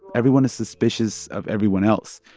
everyone is suspicious of everyone else.